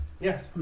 Yes